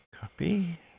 copy